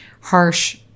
harsh